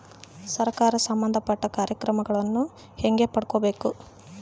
ಸರಕಾರಿ ಸಂಬಂಧಪಟ್ಟ ಕಾರ್ಯಕ್ರಮಗಳನ್ನು ಹೆಂಗ ಪಡ್ಕೊಬೇಕು?